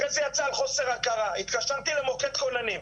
אחרי זה יצא על חוסר הכרה, התקשרתי למוקד כוננים,